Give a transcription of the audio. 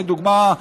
לדוגמה,